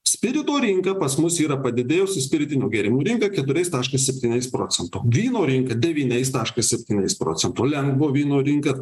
spirito rinka pas mus yra padidėjusi spiritinių gėrimų rinka keturiais taškas septyniais procento vyno rinka devyniais taškas septyniais procento lengvo vyno rinka